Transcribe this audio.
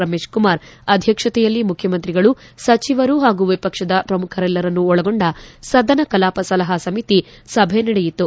ರಮೇಶಕುಮಾರ್ ಅಧ್ಯಕ್ಷತೆಯಲ್ಲಿ ಮುಖ್ಯಮಂತ್ರಿಗಳು ಸಚಿವರು ಹಾಗೂ ವಿಪಕ್ಷದ ಪ್ರಮುಖರೆಲ್ಲರನ್ನು ಒಳಗೊಂಡ ಸದನ ಕಲಾಪ ಸಲಹಾ ಸಮಿತಿ ಸಭೆ ನಡೆಯುತು